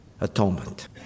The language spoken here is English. atonement